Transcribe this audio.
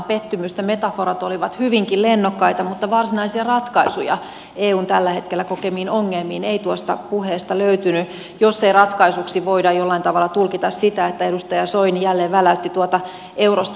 metaforat olivat hyvinkin lennokkaita mutta varsinaisia ratkaisuja eun tällä hetkellä kokemiin ongelmiin ei tuosta puheesta löytynyt jos ei ratkaisuksi voida jollain tavalla tulkita sitä että edustaja soini jälleen väläytti tuota eurosta irtaantumista